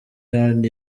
heard